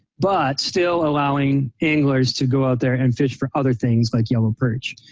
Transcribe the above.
but still allowing anglers to go out there and fish for other things like yellow perch.